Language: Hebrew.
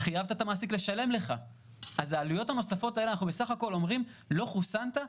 אז אנחנו בסף הכול אומרים: לא חוסנת,